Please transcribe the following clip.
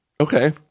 okay